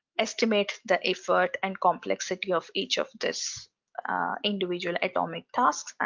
estimate the effort and complexity of each of this individual atomic tasks.